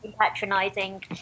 patronising